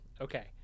okay